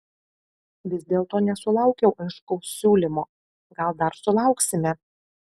vis dėlto nesulaukiau aiškaus siūlymo gal dar sulauksime